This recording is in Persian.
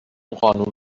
قانون